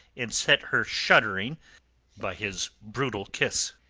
and set her shuddering by his brutal kiss.